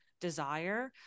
desire